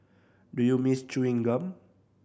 do you miss chewing gum